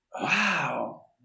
Wow